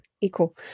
equal